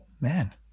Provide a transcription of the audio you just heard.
man